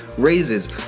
raises